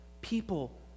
people